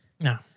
No